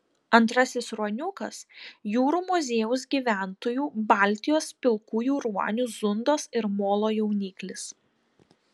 antrasis ruoniukas jūrų muziejaus gyventojų baltijos pilkųjų ruonių zundos ir molo jauniklis